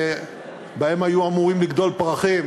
שבהן היו אמורים לגדול פרחים,